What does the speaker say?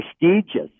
prestigious